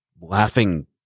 laughing